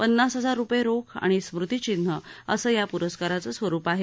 पन्नास हजार रूपये रोख आणि स्मृतीचिन्ह असं या पुरस्काराचं स्वरूप आहे